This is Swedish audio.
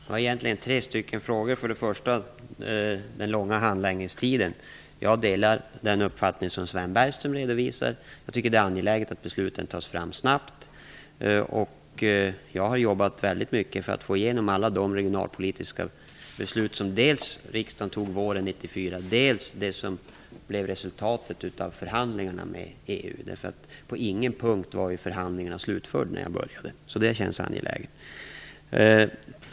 Fru talman! Egentligen har tre frågor ställts. Den första gäller den långa handläggningstiden. Jag delar den uppfattning som Sven Bergström redovisar och tycker att det är angeläget att beslut kommer snabbt. Jag har jobbat väldigt mycket för att få igenom alla de regionalpolitiska beslut som dels fattades av riksdagen våren 1994, dels var resultatet av förhandlingarna med EU. På ingen punkt var förhandlingarna slutförda när jag började, så detta känns angeläget.